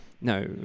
No